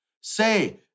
Say